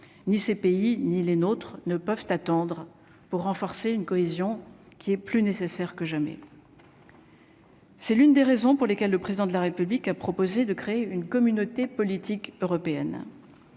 ni ces pays ni les nôtres ne peuvent attendre pour renforcer une cohésion qui est plus nécessaire que jamais. C'est l'une des raisons pour lesquelles le président de la République a proposé de créer une communauté politique européenne